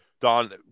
Don